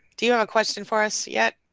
do you have a question for us yet?